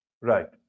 right